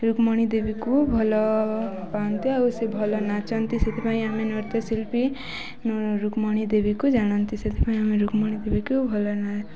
ରୁକ୍ମଣୀ ଦେବୀକୁ ଭଲ ପାଆନ୍ତି ଆଉ ସେ ଭଲ ନାଚନ୍ତି ସେଥିପାଇଁ ଆମେ ନୃତ୍ୟଶିଳ୍ପୀ ରୁକ୍ମଣୀ ଦେବୀକୁ ଜାଣନ୍ତି ସେଥିପାଇଁ ଆମେ ରୁକ୍ମଣୀ ଦେବୀକୁ ଭଲ ନା